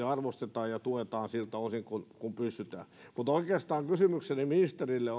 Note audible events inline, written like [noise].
[unintelligible] arvostetaan ja tuetaan siltä osin kuin kuin pystytään oikeastaan kysymykseni ministerille [unintelligible]